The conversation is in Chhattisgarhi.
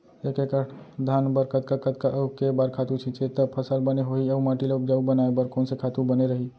एक एक्कड़ धान बर कतका कतका अऊ के बार खातू छिंचे त फसल बने होही अऊ माटी ल उपजाऊ बनाए बर कोन से खातू बने रही?